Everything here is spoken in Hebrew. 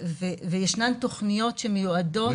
ויש תוכניות מיועדות,